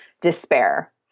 despair